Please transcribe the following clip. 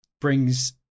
brings